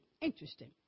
interesting